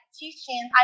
teaching